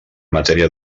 matèria